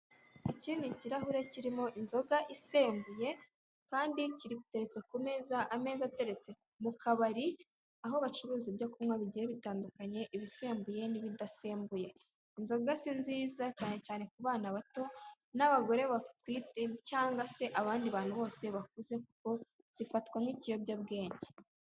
Ikindi kirahure kirimo inzoga isembuye, kandi giteretse ku meza ameza ateretse mu kabari, aho bacuruza ibyo kunywa bigiye bitandukanye ibisembuye n'ibidasembuye. Inzoga si nziza cyane cyane ku bana bato n'abagore batwite cyangwa abandi bantu bose bakuze, kuko gifatwa nk'ikiyobyabwenge.